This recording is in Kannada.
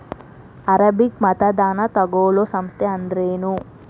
ಆರಂಭಿಕ್ ಮತದಾನಾ ತಗೋಳೋ ಸಂಸ್ಥಾ ಅಂದ್ರೇನು?